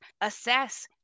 assess